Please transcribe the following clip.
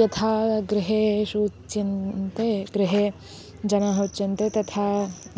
यथा गृहेषु चिन्ते गृहे जनाः उच्यन्ते तथा